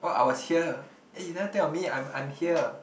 oh I was here eh you never take of me I'm I'm here